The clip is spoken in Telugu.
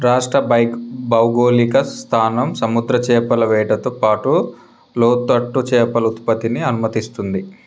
రాష్ట్ర బైక్ భౌగోళిక స్థానం సముద్ర చేపల వేటతో పాటు లోతట్టు చేపల ఉత్పత్తిని అనుమతిస్తుంది